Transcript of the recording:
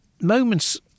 moments